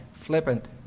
flippant